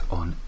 on